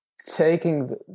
taking